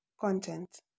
content